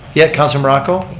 yes, councilor morocco.